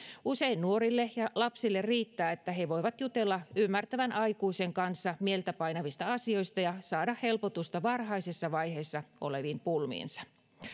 usein nuorille ja lapsille riittää että he voivat jutella ymmärtävän aikuisen kanssa mieltä painavista asioista ja saada helpotusta varhaisessa vaiheessa oleviin pulmiinsa